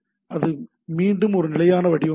இது மீண்டும் ஒரு நிலையான வடிவமாகும்